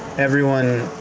everyone,